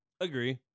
Agree